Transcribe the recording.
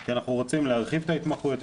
כי אנחנו רוצים להרחיב את ההתמחויות,